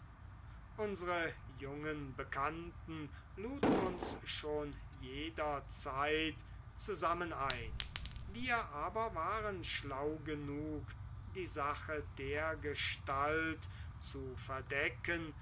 unsre jungen bekannten luden uns schon jederzeit zusammen ein wir aber waren schlau genug die sache dergestalt zu verdecken